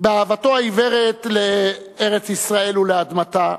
באהבתו העיוורת לארץ-ישראל ולאדמתה.